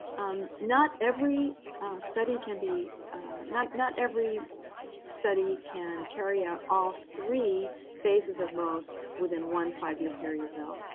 um not every study can be not not every study can carry out all three phases of most within one five-year period, though.